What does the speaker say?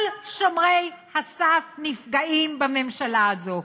כל שומרי הסף נפגעים, בממשלה הזאת.